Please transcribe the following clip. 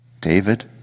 David